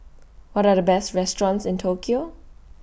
What Are The Best restaurants in Tokyo